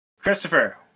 Christopher